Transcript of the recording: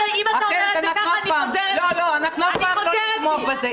אחרת, אנחנו אף פעם לא נתמוך בזה.